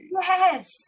yes